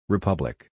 Republic